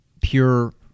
pure